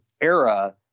era